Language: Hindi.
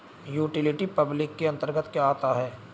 यूटिलिटी पब्लिक के अंतर्गत क्या आता है?